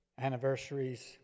anniversaries